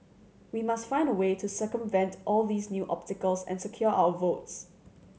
we must find a way to circumvent all these new obstacles and secure our votes